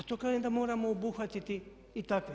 Zato kažem da moramo obuhvatiti i takve.